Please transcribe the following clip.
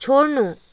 छोड्नु